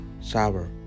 sour